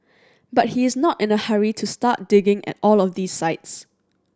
but he is not in a hurry to start digging at all of these sites